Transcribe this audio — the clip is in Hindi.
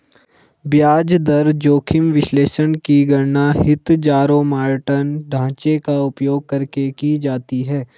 ब्याज दर जोखिम विश्लेषण की गणना हीथजारोमॉर्टन ढांचे का उपयोग करके की जाती है